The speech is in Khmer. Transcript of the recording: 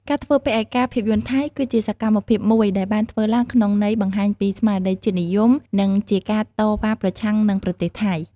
ការធ្វើពហិការភាពយន្តថៃ គឺជាសកម្មភាពមួយដែលបានធ្វើឡើងក្នុងន័យបង្ហាញពី ស្មារតីជាតិនិយម និងជាការតវ៉ាប្រឆាំងនឹងប្រទេសថៃ។